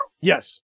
Yes